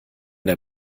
der